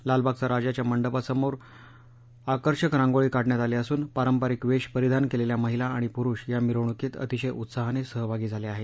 लालबागचा राजाच्या मंडपाबाहेर आकर्षक रांगोळी काढण्यात आली असून पारंपारिक वेष परिधान केलेल्या महिला आणि पुरूष या मिरवणूकीत अतिशय उत्साहाने सहभागी झाले आहेत